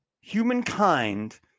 humankind